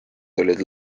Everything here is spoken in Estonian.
tulid